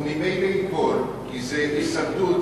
והוא ממילא ייפול, כי זה הישרדות.